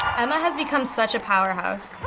emma has become such a powerhouse.